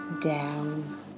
down